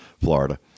Florida